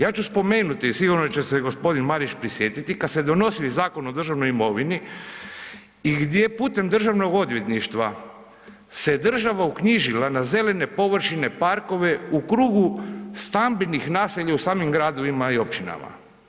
Ja ću spomenuti, sigurno će se g. Marić prisjetiti, kad se donosio Zakon o državnoj imovini i gdje je putem Državnog odvjetništva se država uknjižila na zelene površine, parkove u krugu stambenih naselja u samim gradovima i općinama.